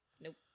Nope